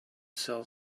sell